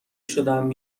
شدم